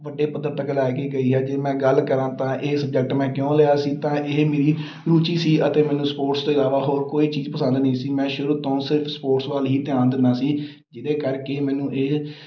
ਵੱਡੇ ਪੱਧਰ ਤੱਕ ਲੈ ਕੇ ਗਈ ਆ ਜੇ ਮੈਂ ਗੱਲ ਕਰਾਂ ਤਾਂ ਇਹ ਸਬਜੈਕਟ ਮੈਂ ਕਿਉਂ ਲਿਆ ਸੀ ਤਾਂ ਇਹ ਮੇਰੀ ਰੁਚੀ ਸੀ ਅਤੇ ਮੈਨੂੰ ਸਪੋਰਟਸ ਤੋਂ ਇਲਾਵਾ ਹੋਰ ਕੋਈ ਚੀਜ਼ ਪਸੰਦ ਨਹੀਂ ਸੀ ਮੈਂ ਸ਼ੁਰੂ ਤੋਂ ਸਿਰਫ਼ ਸਪੋਰਟਸ ਵੱਲ ਹੀ ਧਿਆਨ ਦਿੰਦਾ ਸੀ ਜਿਹਦੇ ਕਰਕੇ ਮੈਨੂੰ ਇਹ